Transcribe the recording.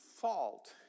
fault